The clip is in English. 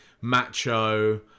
macho